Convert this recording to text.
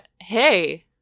hey